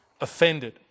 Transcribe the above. offended